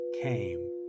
came